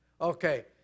Okay